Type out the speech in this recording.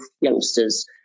youngsters